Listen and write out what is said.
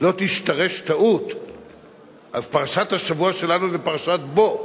לא תשתרש טעות, אז, פרשת השבוע שלנו זו פרשת בא.